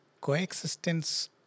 coexistence